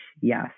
yes